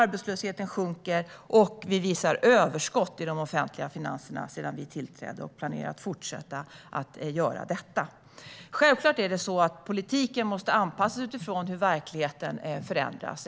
Arbetslösheten sjunker, och vi visar överskott i de offentliga finanserna sedan vi tillträdde. Vi planerar att fortsätta med detta. Självklart måste politiken anpassas utifrån hur verkligheten förändras.